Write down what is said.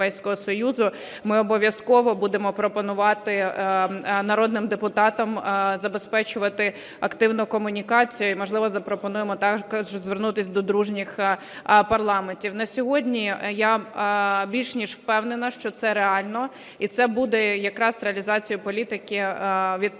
ми обов'язково будемо пропонувати народним депутатам забезпечувати активно комунікацію і, можливо, запропонуємо також звернутися до дружніх парламентів. На сьогодні я більше ніж впевнена, що це реально, і це буде якраз реалізацією політики